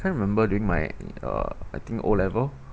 can't remember during my uh I think O level